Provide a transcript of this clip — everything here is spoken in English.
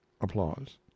applause